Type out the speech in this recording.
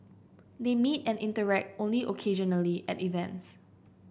they meet and interact only occasionally at events